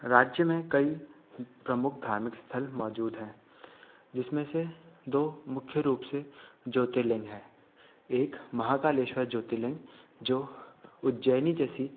राज्य में कई प्रमुख धार्मिक स्थल मौजूद हैं जिसमें से दो मुख्य रूप से ज्योतिर्लिंग है एक महाकालेश्वर ज्योतिर्लिंग जो उज्जैनी जैसी